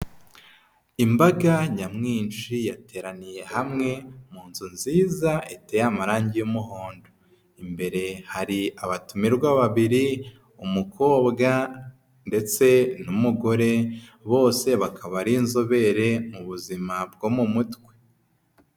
Imbaga nyamwinshi yateraniye hamwe mu nzu nziza iteye amarange y'umuhondo, imbere hari abatumirwa babiri umukobwa ndetse n'umugore, bose bakaba ari inzobere mu buzima bwo mu mutwe.